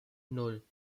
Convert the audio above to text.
nan